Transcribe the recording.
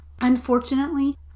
Unfortunately